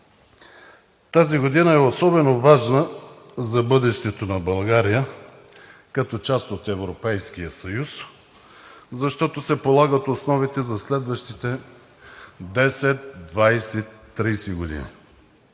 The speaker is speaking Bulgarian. Тази година е особено важна за бъдещето на България като част от Европейския съюз, защото се полагат основите за следващите 10, 20, 30 години.